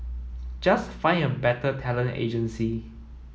just find a better talent agency